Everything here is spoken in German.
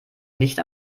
nicht